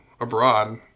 abroad